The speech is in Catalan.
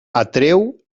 atreu